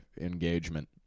engagement